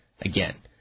again